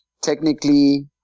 technically